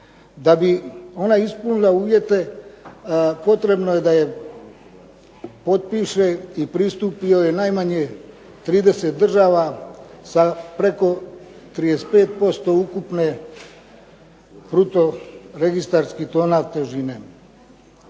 Da bi ona ispunila uvjete potrebno je da je potpiše i pristupi joj najmanje 30 država sa preko 35% ukupne bruto registarskih tona težine.